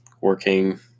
working